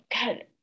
God